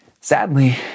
Sadly